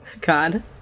god